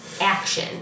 action